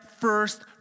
first